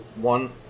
one